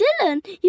Dylan